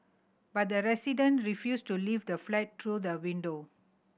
but the resident refused to leave the flat through the window